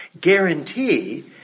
guarantee